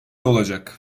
olacak